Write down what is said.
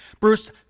Bruce